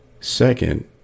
Second